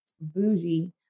bougie